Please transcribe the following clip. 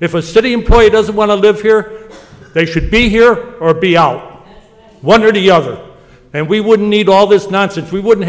if a city employee doesn't want to live here they should be here or be out wonder to younger and we wouldn't need all this nonsense we wouldn't